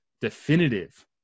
definitive